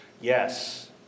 Yes